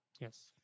Yes